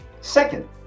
Second